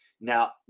Now